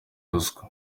ruswa